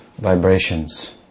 vibrations